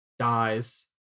dies